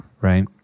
right